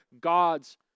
God's